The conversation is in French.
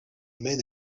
mènent